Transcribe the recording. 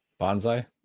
bonsai